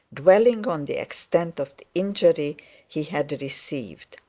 dwelling on the extent of the injury he had received.